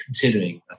continuing